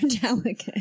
delicate